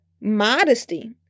modesty